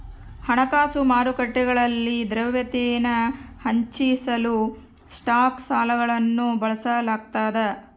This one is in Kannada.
ಹಣಕಾಸು ಮಾರುಕಟ್ಟೆಗಳಲ್ಲಿ ದ್ರವ್ಯತೆನ ಹೆಚ್ಚಿಸಲು ಸ್ಟಾಕ್ ಸಾಲಗಳನ್ನು ಬಳಸಲಾಗ್ತದ